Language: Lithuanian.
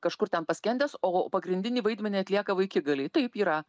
kažkur ten paskendęs o pagrindinį vaidmenį atlieka vaikigaliai taip yra